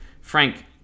frank